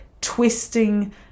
twisting